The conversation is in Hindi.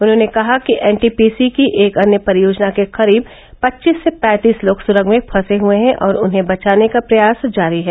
उन्हॉने कहा कि एनटीपीसी की एक अन्य परियोजना के करीब पच्चीस से पैंतीस लोग सुरंग में फंसे हुए हैं और उन्हें बचाने का प्रयास जारी है